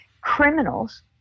criminals